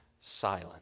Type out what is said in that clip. Silent